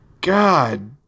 God